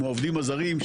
כמו העובדים הזרים,